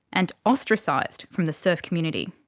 and ostracised from the surf community.